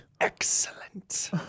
Excellent